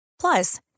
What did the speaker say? Plus